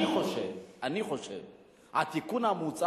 אני חושב, התיקון המוצע